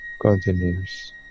continues